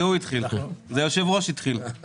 זה היושב-ראש התחיל.